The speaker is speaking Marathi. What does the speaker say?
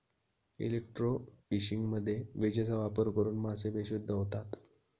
इलेक्ट्रोफिशिंगमध्ये विजेचा वापर करून मासे बेशुद्ध होतात